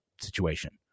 situation